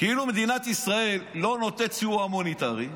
כאילו מדינת ישראל לא נותנת סיוע הומניטרי,